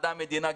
מדע מדינה,